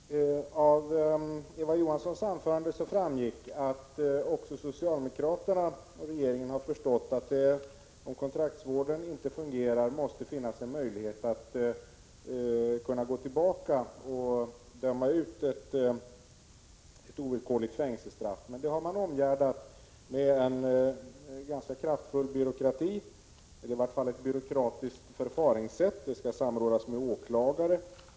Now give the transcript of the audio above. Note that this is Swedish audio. Herr talman! Av Eva Johanssons anförande framgick att också socialdemokraterna och regeringen har förstått att det, om kontraktsvården inte fungerar, måste finnas en möjlighet att gå tillbaka och döma ut ett ovillkorligt fängelsestraff. Men det har man omgärdat med en ganska kraftfull byråkrati eller i vart fall ett byråkratiskt förfaringssätt. Man skall samråda med åklagare.